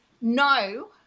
no